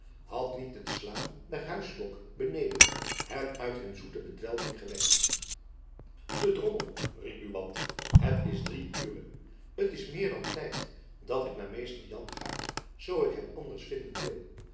had niet het slaan der huisklok beneden hen uit hun zoete bedwelming gewekt te drommel riep buat het is drie ure t is meer dan tijd dat ik naar mr jan ga zoo ik hem anders vinden wil